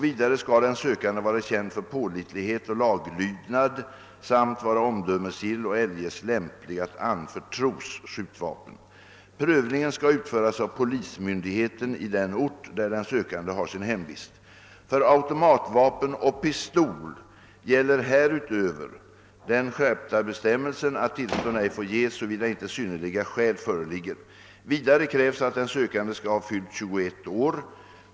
Vidare skall den sökande vara känd för pålitlighet och laglydnad samt vara omdömesgill och eljest lämplig att anförtros skjutvapen. Prövningen skall utföras av polismyndigheten i den ort, där den sökande har sin hemvist. För automatvapen och pistol gäller härutöver den skärpta bestämmelsen att tillstånd ej får ges såvida inte synnerliga skäl föreligger. Vidare krävs att den sökande skall ha fyllt 21 år.